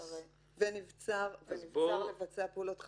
ונבצר לבצע פעולות חקירה.